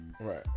Right